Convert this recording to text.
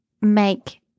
make